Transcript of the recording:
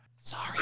Sorry